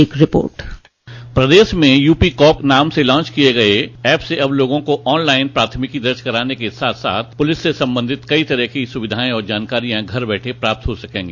एक रिपोट प्रदेश में यूपी कॉप नाम से लांच किये गये एप से अब लोगों को ऑन लाइन प्राथमिकी दर्ज कराने के साथ साथ पुलिस से संबंधित कई तरह की सुविधाएं और जानकारियां घर बैठे प्राप्त हो सकेंगी